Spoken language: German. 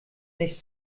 nicht